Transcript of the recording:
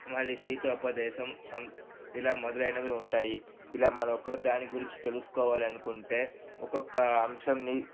మళ్ళీ శీతోపదేశం సం ఇలా మొదలైనవి ఉంటాయి ఇలా మరొక దాని గురించి తెలుసుకోవాలనుకుంటే ఒక్కొక్క అంశంని